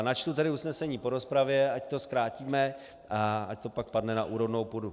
Načtu tedy usnesení po rozpravě, ať to zkrátíme a ať to pak padne na úrodnou půdu.